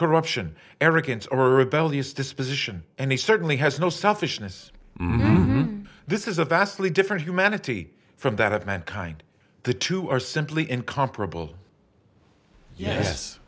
corruption arrogance or a bell these disposition and he certainly has no selfishness this is a vastly different humanity from that of mankind the two are simply incomparable yes